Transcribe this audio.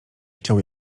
chciał